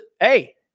Hey